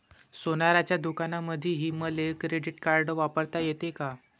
सोनाराच्या दुकानामंधीही मले क्रेडिट कार्ड वापरता येते का?